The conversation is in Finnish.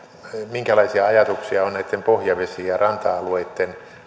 minkälaisia ajatuksia on näitten pohjavesi ja ranta alueitten